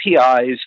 APIs